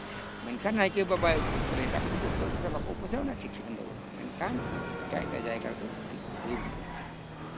ᱢᱮᱱᱠᱷᱟᱱ ᱱᱟᱭᱠᱮ ᱵᱟᱵᱟᱭ ᱩᱯᱟᱹᱥ ᱟᱠᱟᱫᱟ ᱮᱴᱟᱜ ᱠᱚᱫᱚ ᱠᱚ ᱩᱯᱟᱹᱥ ᱟᱠᱟᱫᱟ ᱥᱮ ᱵᱟᱠᱚ ᱩᱯᱟᱹᱥᱟ ᱚᱱᱟ ᱫᱚ ᱴᱷᱤᱠ ᱴᱷᱤᱠᱟᱹᱱ ᱫᱚ ᱵᱟᱹᱱᱩᱜᱼᱟ ᱢᱮᱱᱠᱷᱟᱱ ᱮᱴᱟᱜ ᱮᱴᱟᱜ ᱡᱟᱭᱜᱟ ᱨᱮᱫᱚ ᱟᱹᱰᱤ ᱜᱟᱹᱦᱤᱨ ᱢᱟᱱᱮ ᱢᱮᱱᱟᱜᱼᱟ